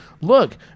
Look